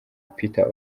peter